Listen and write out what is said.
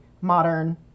modern